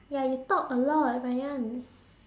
ya you talk a lot Ryan